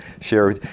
share